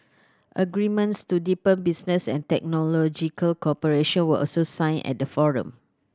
agreements to deepen business and technological cooperation were also signed at the forum